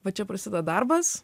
va čia prasideda darbas